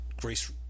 Grace